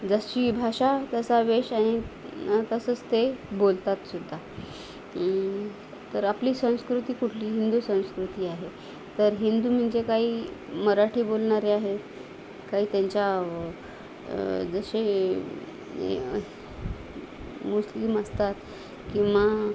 जशी भाषा तसा वेश आणि तसंच ते बोलतातसुद्धा तर आपली संस्कृती कुठली हिंदू संस्कृती आहे तर हिंदू मिंजे काही मराठी बोलणारे आहेत काही त्यांच्या व् जसे ए मुस्लिम असतात किंवा